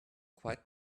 quite